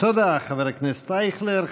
תודה, חבר הכנסת אייכלר.